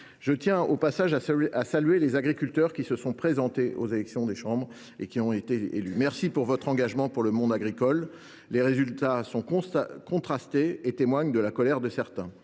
Je tiens, au passage, à saluer les agriculteurs qui se sont présentés aux élections et qui ont été élus. Je les remercie pour leur engagement en faveur du monde agricole. Les résultats sont contrastés et témoignent de la colère de certains.